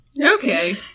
Okay